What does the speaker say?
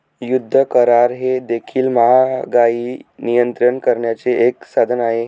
युद्ध करार हे देखील महागाई नियंत्रित करण्याचे एक साधन आहे